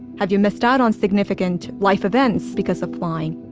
have you missed out on significant life events because of flying?